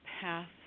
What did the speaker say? path